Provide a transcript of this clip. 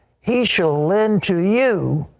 he shall lend to you,